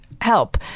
help